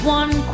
one